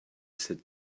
sit